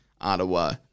Ottawa